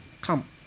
come